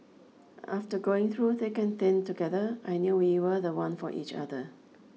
after going through thick and thin together I knew we were the one for each other